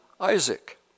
Isaac